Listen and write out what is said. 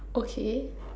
okay